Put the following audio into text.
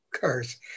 cars